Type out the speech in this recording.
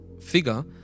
figure